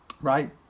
right